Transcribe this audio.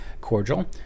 cordial